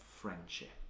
friendship